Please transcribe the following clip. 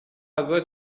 غذا